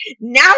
now